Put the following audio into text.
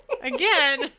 Again